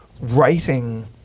writing